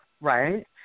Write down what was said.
right